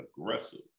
aggressive